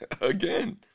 Again